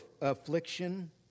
affliction